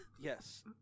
Yes